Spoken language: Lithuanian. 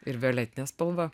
ir violetinė spalva